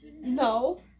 no